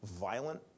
violent